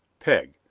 peg.